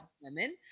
women